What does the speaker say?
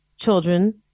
children